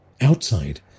Outside